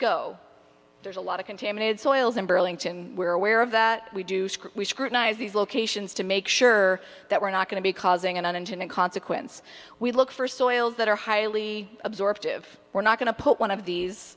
go there's a lot of contaminated soils in burlington we're aware of that we do we scrutinize these locations to make sure that we're not going to be causing an unintended consequence we look for soils that are highly absorptive we're not going to put one of these